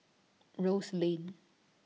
Rose Lane